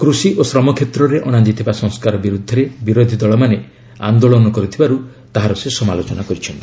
କୃଷି ଓ ଶ୍ରମ କ୍ଷେତ୍ରରେ ଅଶାଯାଇଥିବା ସଂସ୍କାର ବିରୁଦ୍ଧରେ ବିରୋଧୀଦଳମାନେ ଆନ୍ଦୋଳନ କରୁଥିବାରୁ ତାହାର ସେ ସମାଲୋଚନା କରିଛନ୍ତି